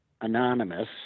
Anonymous